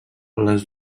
les